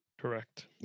Correct